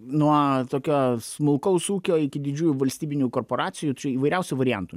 nuo tokio smulkaus ūkio iki didžiųjų valstybinių korporacijų čia įvairiausių variantų